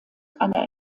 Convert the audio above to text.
einer